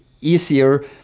easier